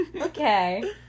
Okay